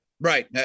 Right